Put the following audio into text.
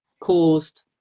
caused